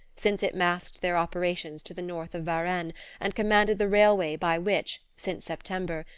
since it masked their operations to the north of varennes and commanded the railway by which, since september,